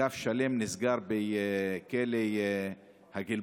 שאגף שלם נסגר בכלא גלבוע,